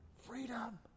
Freedom